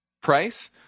price